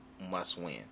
must-win